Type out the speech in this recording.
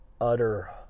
utter